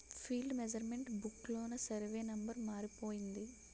field measurement book లోన survey number మారిపోయింది